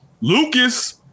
Lucas